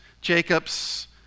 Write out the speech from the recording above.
Jacob's